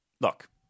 Look